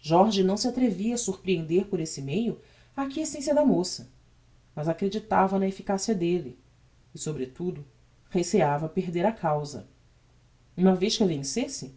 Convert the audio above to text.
jorge não se atrevia a sorprehender por esse meio a acquiescencia da moça mas acreditava na efficacia delle e sobretudo receiava perder a causa uma vez que a vencesse